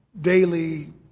daily